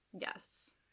Yes